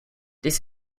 this